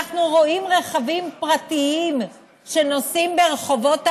אנחנו רואים רכבים פרטיים שנוסעים ברחובות הערים.